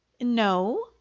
No